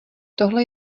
tohle